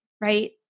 right